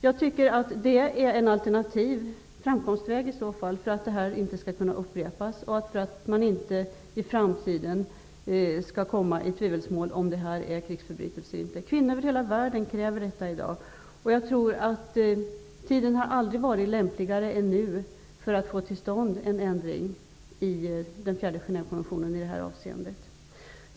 Jag tycker att det är en alternativ framkomstväg för att detta inte skall upprepas och för att man inte i framtiden skall kunna dra i tvivelsmål huruvida detta är krigsförbrytelser eller inte. Kvinnor över hela världen kräver detta i dag. Jag tror att tiden aldrig har varit lämpligare än nu för att få till stånd en ändring i den fjärde Genèvekonventionen i detta avseende.